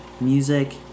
music